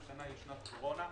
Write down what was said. השנה היא שנת קורונה.